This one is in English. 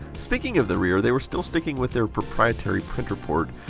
speaking of the rear, they were still sticking with their proprietary printer port.